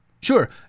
Sure